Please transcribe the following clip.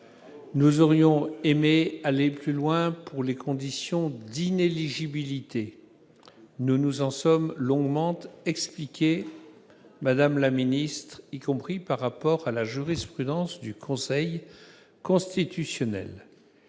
Nous aurions aimé aller plus loin quant aux conditions d'inéligibilité ; nous nous en sommes longuement expliqués, madame la garde des sceaux, y compris par rapport à la jurisprudence du Conseil constitutionnel.